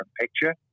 picture